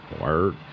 word